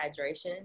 hydration